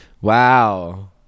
Wow